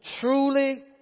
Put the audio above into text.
truly